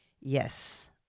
yes